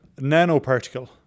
Nanoparticle